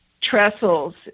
trestles